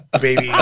baby